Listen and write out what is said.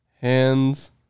Hands